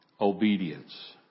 Obedience